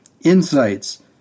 insights